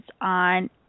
on